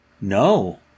No